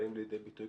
באים לידי ביטוי,